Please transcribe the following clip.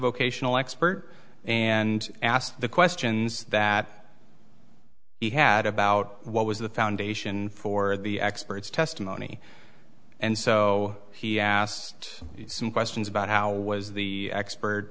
vocational expert and ask the questions that he had about what was the foundation for the experts testimony and so he asked some questions about how was the expert